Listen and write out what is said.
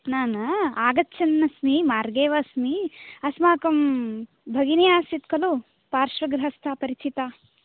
न न आगच्छन् अस्मि मार्गेव अस्मि अस्माकं भगिनी आसीत् खलु पार्श्वगृहस्था परिचिता